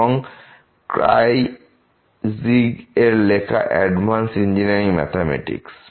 এবং ক্রাইজিগ এর লেখা অ্যাডভান্সড ইঞ্জিনিয়ারিং ম্যাথমেটিক্স